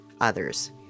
others